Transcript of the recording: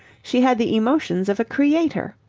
she had the emotions of a creator.